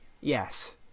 Yes